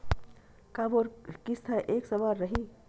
का मोर किस्त ह एक समान रही?